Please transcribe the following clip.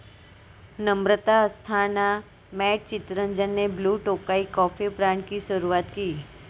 नम्रता अस्थाना व मैट चितरंजन ने blue Tokai coffee brand की शुरुआत की